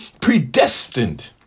predestined